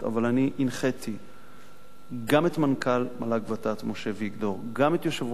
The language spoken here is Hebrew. אבל אני הנחתי גם את מנכ"ל מל"ג-ות"ת משה ויגדור וגם את יושב-ראש